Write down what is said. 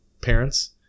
parents